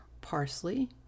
parsley